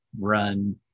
run